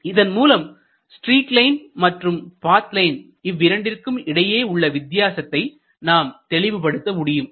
இதன் மூலம் streak line மற்றும் பாத் லைன் இவ்விரண்டிற்கும் இடையே உள்ள வித்தியாசத்தை நாம் தெளிவுபடுத்த முடியும்